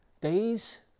Days